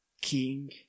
king